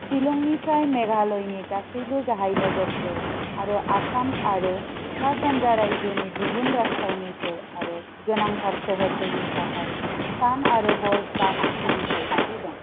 शिलंनिफ्राय मेघालयानि गासैबो गाहाय नोगोरफोर आरो आसाम आरो सा सान्जा रायजोनि गुबुन राजथावनिफोर आरो गोनांथार सोहोरफोरनि थाखाय सान आरो हर बास सिबिथायफोर दं